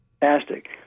fantastic